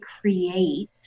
create